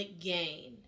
gain